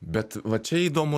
bet va čia įdomu